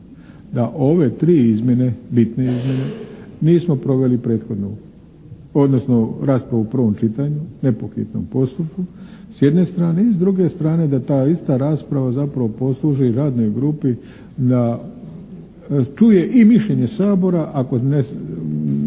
da ove tri bitne izmjene, nismo proveli prethodnu, odnosno raspravu u prvom čitanju, ne po hitnom postupku, s jedne strane i s druge strane da ta ista rasprava zapravo posluži radnoj grupi da čuje i mišljenje Sabora ako nećemo